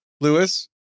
Lewis